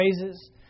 praises